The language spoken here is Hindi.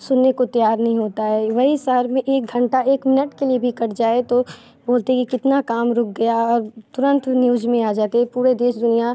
सुनने को तैयार नहीं होता है वहीं शहर में एक घंटा एक मिनट के लिए भी कट जाए तो बोलते है कि कितना काम रुक गया और तुरंत वो न्यूज़ में आ जाता है पूरे देश दुनिया